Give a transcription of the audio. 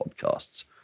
podcasts